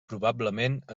probablement